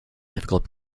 difficult